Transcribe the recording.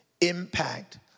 impact